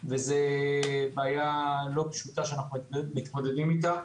וזה בעיה לא פשוטה שאנחנו מתמודדים איתה.